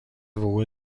وقوع